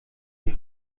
ich